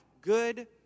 good